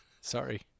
Sorry